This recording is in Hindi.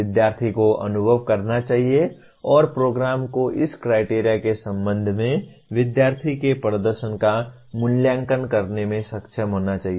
विद्यार्थी को अनुभव करना चाहिए और प्रोग्राम को इस क्राइटेरिया के संबंध में विद्यार्थी के प्रदर्शन का मूल्यांकन करने में सक्षम होना चाहिए